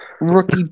Rookie